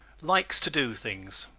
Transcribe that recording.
likes to do things